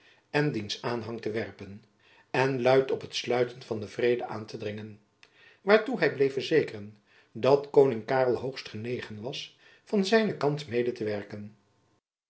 en diens aanhang te werpen en luid op het sluiten van den vrede aan te dringen waartoe hy bleef verzekeren dat koning karel hoogst genegen was van zijnen kant mede te werken